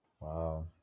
Wow